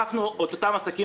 לקחנו את אותם עסקים,